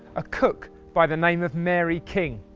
a cook by the name of mary king.